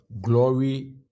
glory